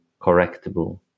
correctable